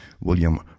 William